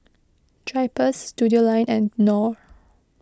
Drypers Studioline and Knorr